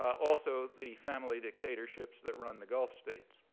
also, the family dictatorships that run the gulf states.